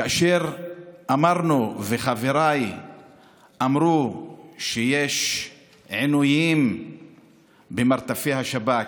כאשר אמרנו וחבריי אמרו שיש עינויים במרתפי השב"כ,